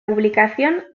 publicación